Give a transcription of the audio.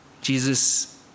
Jesus